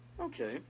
Okay